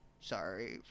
sorry